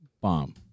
Bomb